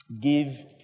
Give